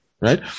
Right